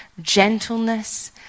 gentleness